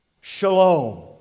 Shalom